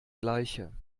gleiche